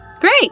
great